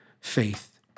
faith